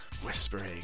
whispering